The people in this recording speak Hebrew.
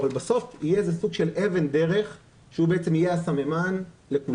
אבל בסוף יהיה איזה סוג של אבן דרך שהוא בעצם יהיה הסממן לכולם.